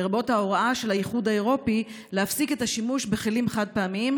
לרבות ההוראה של האיחוד האירופי להפסיק את השימוש בכלים חד-פעמיים,